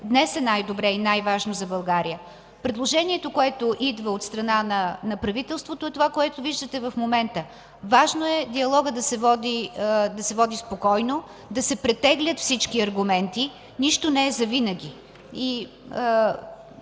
днес е най-добре и най-важно за България. Предложението, което идва от страна на правителството, е това, което виждате в момента. Важно е диалогът да се води спокойно, да се претеглят всички аргументи. Нищо не е завинаги.